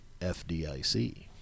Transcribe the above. FDIC